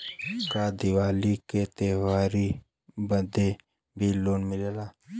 का दिवाली का त्योहारी बदे भी लोन मिलेला?